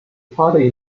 party